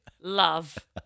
love